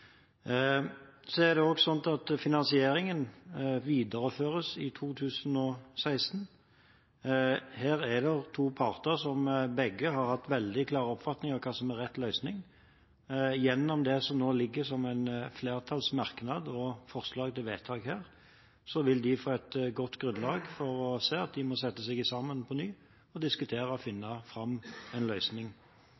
Så er det også slik at finansieringen videreføres i 2016. Her er det to parter som begge har hatt veldig klare oppfatninger av hva som er rett løsning. Gjennom det som nå ligger som en flertallsmerknad og forslag til vedtak her, vil de få et godt grunnlag for å se at de må sette seg sammen på ny og diskutere og finne fram en løsning.